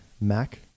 Mac